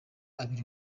abiri